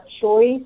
choice